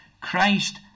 Christ